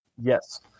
Yes